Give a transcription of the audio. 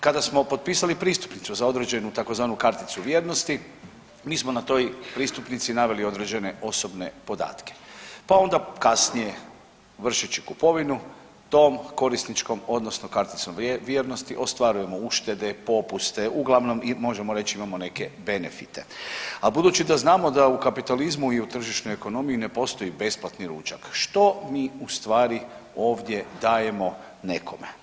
Kada smo popisali pristupnicu za određenu tzv. karticu vjernosti mi smo na toj pristupnici naveli određene osobne podatke, pa onda kasnije vršeći kupovinu tom korisničkom odnosno karticom vrijednosti ostvarujemo uštede, popuste uglavnom možemo reći imamo neke benefite, a budući da znamo da u kapitalizmu i u tržišnoj ekonomiji ne postoji besplatni ručak što mi u stvari ovdje dajemo nekome.